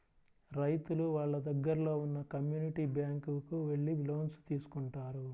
రైతులు వాళ్ళ దగ్గరలో ఉన్న కమ్యూనిటీ బ్యాంక్ కు వెళ్లి లోన్స్ తీసుకుంటారు